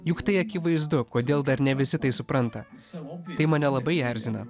juk tai akivaizdu kodėl dar ne visi tai supranta tai mane labai erzina